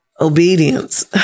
Obedience